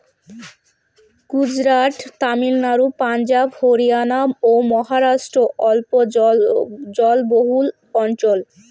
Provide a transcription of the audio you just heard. গুজরাট, তামিলনাড়ু, পাঞ্জাব, হরিয়ানা ও মহারাষ্ট্র অল্প জলবহুল অঞ্চল